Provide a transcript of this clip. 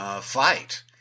fight